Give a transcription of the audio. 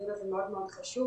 הדיון הזה מאוד מאוד חשוב.